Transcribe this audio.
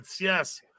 Yes